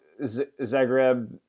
Zagreb